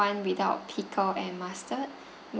one without pickle and mustard